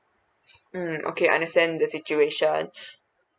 mm okay understand the situation